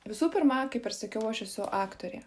visų pirma kaip ir sakiau aš esu aktorė